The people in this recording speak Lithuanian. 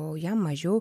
o jam mažiau